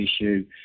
issue